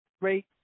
great